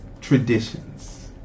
traditions